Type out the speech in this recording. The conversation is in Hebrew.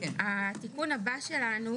התיקון הבא שלנו